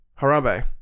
Harambe